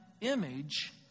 image